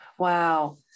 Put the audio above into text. Wow